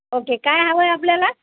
okay काय हवं आहे आपल्याला